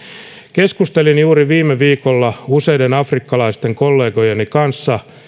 keskustelin juuri viime viikolla useiden afrikkalaisten kollegojeni kanssa